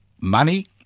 money